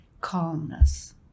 calmness